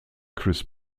chris